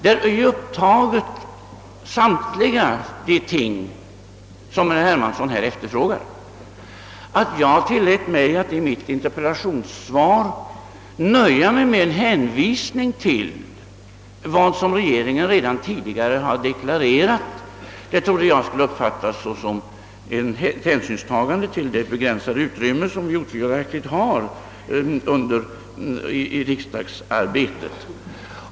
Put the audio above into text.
Där finns allt det upptaget som herr Hermansson här efterfrågar. Att jag tillät mig att i interpellationssvaret nöja mig med en hänvisning till vad regeringen redan tidigare deklarerat trodde jag skulle uppfattas som ett hänsynstagande till det begränsade utrymme som vi otvivelaktigt har i riksdagsarbetet.